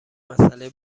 مسئله